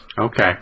Okay